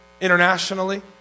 internationally